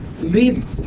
leads